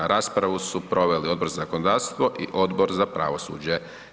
Raspravu su proveli Odbor za zakonodavstvo i Odbor za pravosuđe.